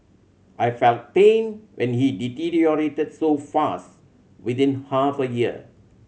I felt pain when he deteriorated so fast within half a year